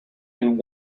and